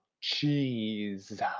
cheese